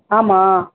ஆமாம்